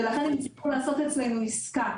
ולכן, הם הצטרכו לעשות את זה עם עיסקה